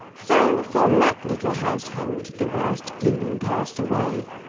so, from that little household the worst gloom pass'd away,